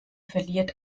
verliert